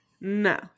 no